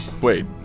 wait